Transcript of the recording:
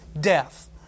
death